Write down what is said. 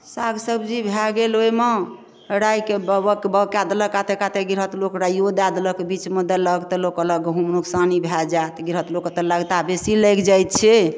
साग सब्जी भए गेल ओइमे राइके बाओग कए देलक काते काते गिरहत लोक राइयो दए देलक बीचमे देलक तऽ लोक कहलक गहुम नोकसानी भए जायत गिरहत लोगके तऽ लगता बेसी लागि जाइ छै